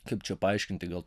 kaip čia paaiškinti gal